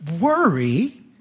Worry